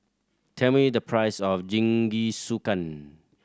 tell me the price of Jingisukan